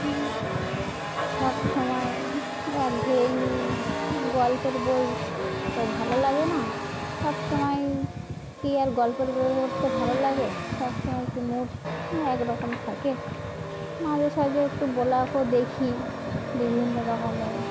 সবসময় বই গল্পের গল্পের বই তো ভালো লাগে না সবসময় কি আর গল্পের বই পড়তে ভালো লাগে সব সময় কি মুড কি একরকম থাকে মাঝেসাঝে একটু ব্লগও দেখি বিভিন্ন রকমের